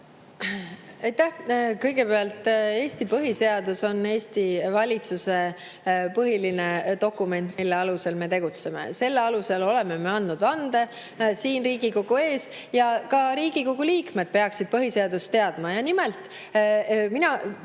Aitäh! Kõigepealt, Eesti põhiseadus on Eesti valitsuse põhiline dokument, mille alusel me tegutseme. Selle alusel oleme me andnud vande siin Riigikogu ees. Ka Riigikogu liikmed peaksid põhiseadust teadma. Mina